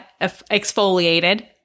exfoliated